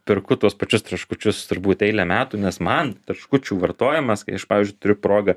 perku tuos pačius traškučius turbūt eilę metų nes man traškučių vartojimas kai aš pavyzdžiui turiu progą